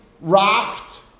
raft